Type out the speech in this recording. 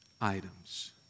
items